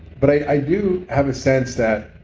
but i do have a sense that